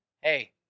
hey